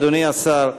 אדוני השר,